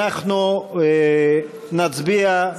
אנחנו נצביע,